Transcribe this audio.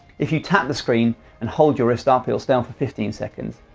if you tap the screen and hold your wrist up it will stay on for fifteen seconds,